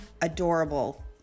adorable